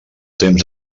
temps